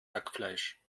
hackfleisch